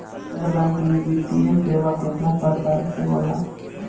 गैर बैंकिंग वित्तीय सेवाओं केतना प्रकार के होला?